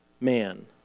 man